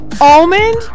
almond